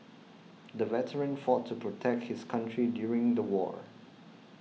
the veteran fought to protect his country during the war